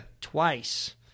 Twice